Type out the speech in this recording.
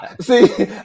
See